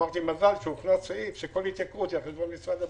אמרתי שמזל שהוכנס סעיף שכל התייקרות היא על חשבון משרד הבריאות.